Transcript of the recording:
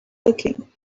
looking